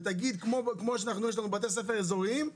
כמו שיש לנו בתי ספר אזוריים,